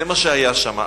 זה מה שהיה שם.